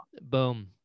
Boom